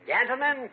Gentlemen